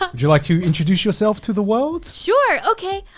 ah would you like to introduce yourself to the world? sure, okay.